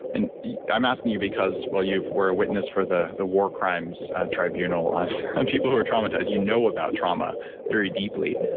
and i'm asking you because while you were a witness for the the war crimes tribunal on people who are traumatized, you know about trauma very deeply,